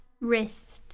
wrist